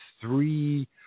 three